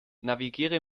navigiere